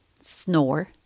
Snore